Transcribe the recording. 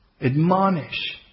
admonish